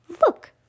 Look